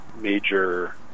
major